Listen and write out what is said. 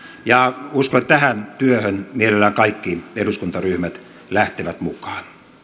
ja uskon että tähän työhön mielellään kaikki eduskuntaryhmät lähtevät mukaan